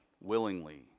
willingly